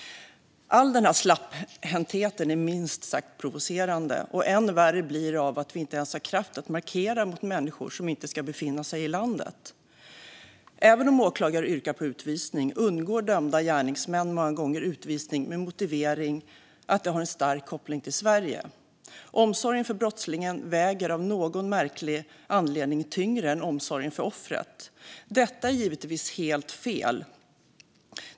All denna slapphänthet är minst sagt provocerande, och än värre blir det av att vi inte ens har kraft att markera mot människor som inte ska befinna sig i landet. Även om åklagare yrkar på utvisning undgår dömda gärningsmän många gånger utvisning med motiveringen att de har en stark koppling till Sverige. Omsorgen om brottslingen väger av någon märklig anledning tyngre än omsorgen om offret. Detta är givetvis helt fel.